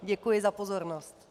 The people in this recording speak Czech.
Děkuji za pozornost.